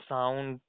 Sound